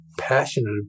passionate